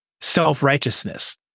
self-righteousness